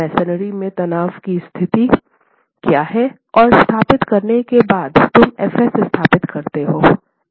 masonry में तनाव की स्थिति क्या है स्थापित करने के बाद तुम fs स्थापित करते हो